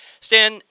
Stan